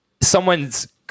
Someone's